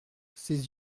ses